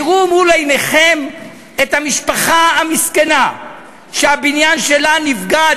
תראו מול עיניכם את המשפחה המסכנה שהבניין שלה נפגע,